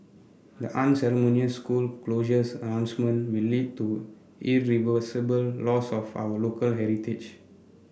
the unceremonious school closures announcement will lead to irreversible loss of for our local heritage